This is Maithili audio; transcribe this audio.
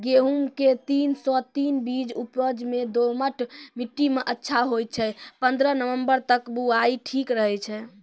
गेहूँम के तीन सौ तीन बीज उपज मे दोमट मिट्टी मे अच्छा होय छै, पन्द्रह नवंबर तक बुआई ठीक रहै छै